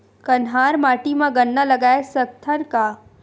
कन्हार माटी म गन्ना लगय सकथ न का?